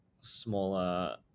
smaller